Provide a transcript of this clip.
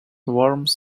worms